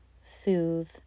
Soothe